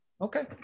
Okay